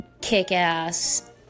kick-ass